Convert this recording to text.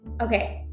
okay